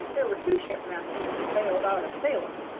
there were two shipmasters that sailed out of salem.